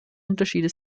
unterschiede